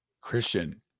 Christian